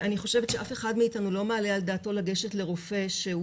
אני חושבת שאף אחד מאתנו לא מעלה על דעתו לגשת לרופא שהוא